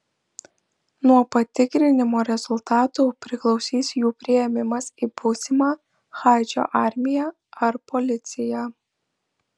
nuo patikrinimo rezultatų priklausys jų priėmimas į būsimą haičio armiją ar policiją